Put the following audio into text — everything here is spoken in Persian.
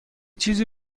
چیزی